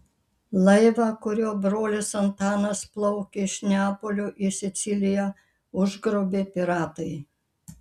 laivą kuriuo brolis antanas plaukė iš neapolio į siciliją užgrobė piratai